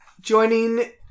joining